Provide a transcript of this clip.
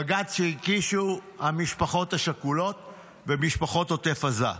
בג"ץ שהגישו המשפחות השכולות ומשפחות עוטף עזה.